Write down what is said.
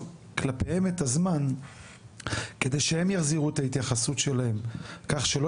כלפיהם את הזמן כדי שהם יחזירו את ההתייחסות שלהם כך שלא